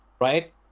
right